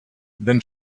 then